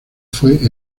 fue